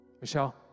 Michelle